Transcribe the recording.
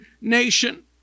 nation